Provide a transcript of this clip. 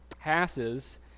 passes